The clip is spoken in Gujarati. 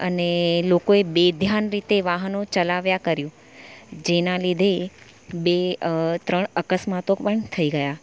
અને લોકોએ બેધ્યાન રીતે વાહનો ચલાવ્યા કર્યું જેના લીધે બે ત્રણ અકસ્માતો પણ થઈ ગયાં